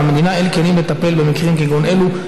למדינה אין כלים לטפל במקרים כגון אלו,